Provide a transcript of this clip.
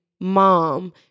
mom